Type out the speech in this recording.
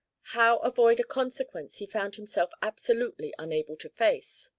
how avoid a consequence he found himself absolutely unable to face?